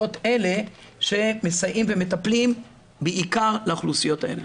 אלה שמסייעים ומטפלים בעיקר לאוכלוסיות האלה.